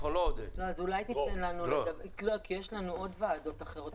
אולי תיתן לנו לדבר כי יש לנו ועדות אחרות.